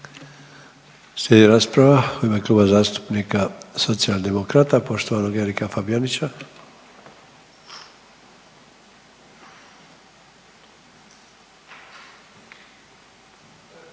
Slijedi rasprava u ime Kluba zastupnika Socijaldemorakta poštovanog zastupnika Erika Fabijanića.